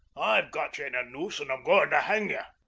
i've got ye in a noose, and i'm goin' to hang ye.